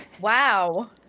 Wow